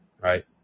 right